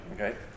Okay